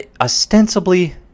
ostensibly